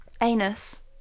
anus